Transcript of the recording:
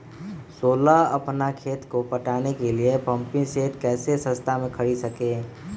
सोलह अपना खेत को पटाने के लिए पम्पिंग सेट कैसे सस्ता मे खरीद सके?